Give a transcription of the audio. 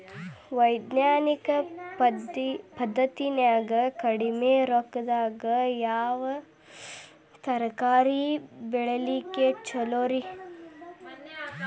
ವೈಜ್ಞಾನಿಕ ಪದ್ಧತಿನ್ಯಾಗ ಕಡಿಮಿ ರೊಕ್ಕದಾಗಾ ಯಾವ ತರಕಾರಿ ಬೆಳಿಲಿಕ್ಕ ಛಲೋರಿ?